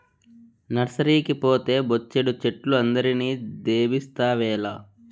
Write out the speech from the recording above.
నర్సరీకి పోతే బొచ్చెడు చెట్లు అందరిని దేబిస్తావేల